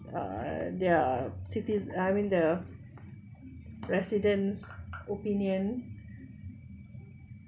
uh their citiz~ I mean the residences' opinion